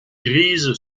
grise